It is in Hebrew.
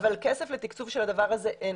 אבל כסף לתקצוב של הדבר הזה אין.